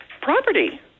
property